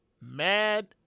mad